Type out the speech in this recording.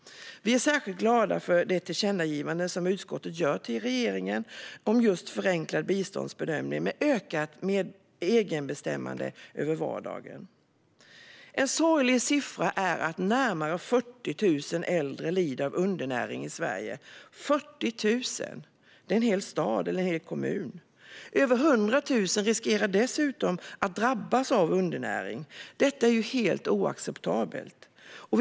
Vi är särskilt glada för det tillkännagivande som utskottet gör till regeringen om just förenklad biståndsbedömning med ökat egenbestämmande över vardagen. En sorglig siffra är att närmare 40 000 äldre i Sverige lider av undernäring. Det är en hel stad eller kommun. Dessutom riskerar över 100 000 att drabbas av undernäring. Det är helt oacceptabelt.